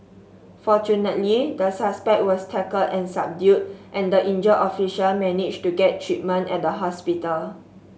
fortunately the suspect was tackled and subdued and the injured officer managed to get treatment at the hospital